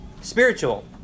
Spiritual